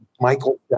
Michael